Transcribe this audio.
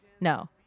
No